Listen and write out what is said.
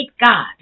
God